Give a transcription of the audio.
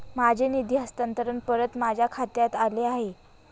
माझे निधी हस्तांतरण परत माझ्या खात्यात आले आहे